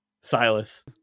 Silas